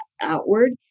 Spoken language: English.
outward